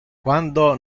quando